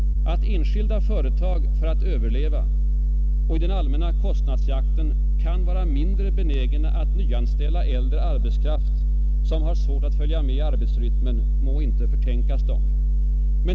Att enskilda företag för att överleva och i den allmänna kostnadsjakten kan vara mindre benägna att anställa äldre arbetskraft som har svårt att följa arbetsrytmen må inte förtänkas dem.